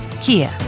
Kia